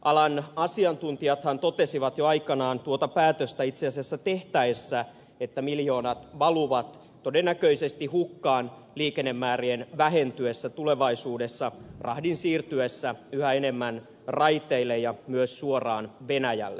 alan asiantuntijathan totesivat jo aikanaan itse asiassa tuota päätöstä tehtäessä että miljoonat valuvat todennäköisesti hukkaan liikennemäärien vähentyessä tulevaisuudessa rahdin siirtyessä yhä enemmän raiteille ja myös suoraan venäjälle